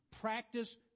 Practice